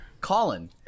Colin